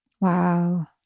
Wow